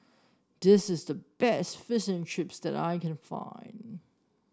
this is the best Fish and Chips that I can find